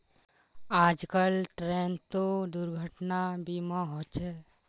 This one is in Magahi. आजकल ट्रेनतो दुर्घटना बीमा होचे